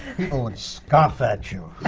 people would scoff at you,